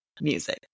music